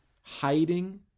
hiding